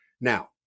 Now